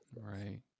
Right